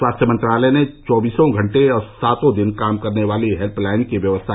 स्वास्थ्य मंत्रालय ने चौबीसों घंटे और सातों दिन काम करने वाली हेल्पलाइन की व्यवस्था की है